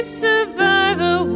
survivor